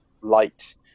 light